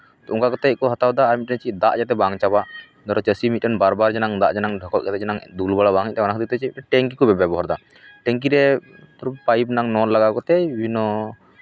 ᱚᱱᱠᱟ ᱠᱟᱛᱮᱜ ᱠᱚ ᱦᱟᱛᱟᱣ ᱫᱟ ᱟᱨ ᱢᱤᱫᱴᱮᱱ ᱪᱮᱫ ᱫᱟᱜ ᱡᱟᱛᱮ ᱵᱟᱝ ᱪᱟᱵᱟᱜ ᱫᱷᱚᱨᱚ ᱪᱟᱹᱥᱤ ᱢᱤᱫᱴᱮᱱ ᱵᱟᱨ ᱵᱟᱨ ᱡᱮᱱᱟᱝ ᱫᱟᱜ ᱡᱮᱱᱟᱝ ᱰᱷᱮᱠᱚᱡ ᱠᱟᱛᱮᱜ ᱡᱮᱱᱟᱝ ᱫᱩᱞ ᱵᱟᱲᱟ ᱵᱟᱝ ᱦᱩᱭᱩᱜ ᱛᱟᱭ ᱚᱱᱟ ᱠᱷᱟᱹᱛᱤᱨ ᱪᱮᱫ ᱴᱮᱝᱠᱤ ᱠᱚ ᱵᱮᱵᱚᱦᱟᱨᱫᱟ ᱴᱮᱝᱠᱤ ᱨᱮ ᱯᱟᱭᱤᱯ ᱨᱮᱱᱟᱝ ᱱᱚᱞ ᱞᱟᱜᱟᱣ ᱠᱟᱛᱮᱜ ᱵᱤᱵᱷᱤᱱᱱᱚ